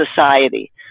society